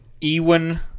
Ewan